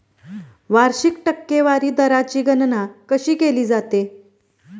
वार्षिक टक्केवारी दराची गणना कशी केली जाते?